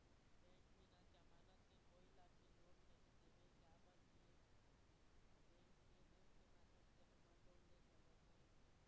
Bank बिना जमानत के कोई ला भी लोन नहीं देवे का बर की ऐप बैंक के नेम के माध्यम से हमन लोन ले सकथन?